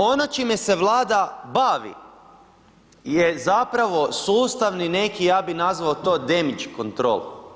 Ono čime se Vlada bavi je zapravo sustavni neki, ja bi nazvao to damage control.